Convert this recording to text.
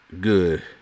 good